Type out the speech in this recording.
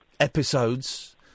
episodes